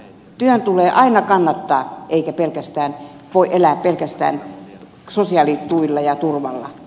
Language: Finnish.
työn tulee aina kannattaa eikä voi elää pelkästään sosiaalituilla ja turvalla